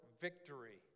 victory